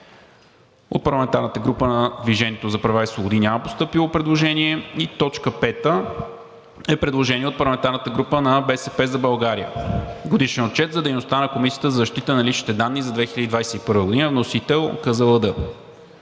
От парламентарната група на „Движение за права и свободи“ няма постъпило предложение. 5. Предложение от парламентарната група на „БСП за България“: Годишен отчет за дейността на Комисията за защита на личните данни за 2021 г. Вносител –